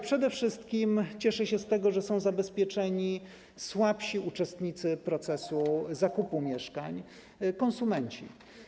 Przede wszystkim cieszę się z tego, że są zabezpieczeni słabsi uczestnicy procesu zakupu mieszkań, konsumenci.